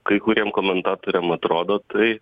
kai kuriem komentatoriam atrodo tai